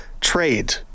trade